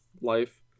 life